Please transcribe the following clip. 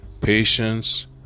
patience